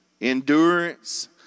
Endurance